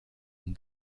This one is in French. une